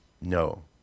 No